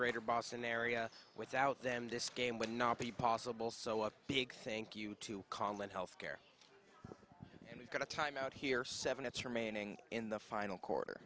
greater boston area without them this game would not be possible so a big thank you to call and health care and we've got a timeout here seven it's remaining in the final quarter